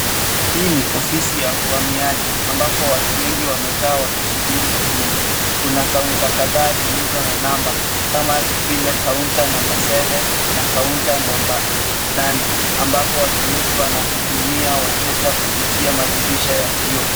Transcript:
Hii ni ofisi ya uhamiaji ambapo watu wengi wamekaa wakisubiri huduma. Kuna kaunta kadhaa zilizo na namba kama vile kaunta namba seven na kaunta namba nane ambapo watumishi wanahudumia wateja kupitia madirisha ya kioo.